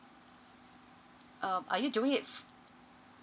um are you doing it